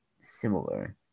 similar